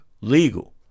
legal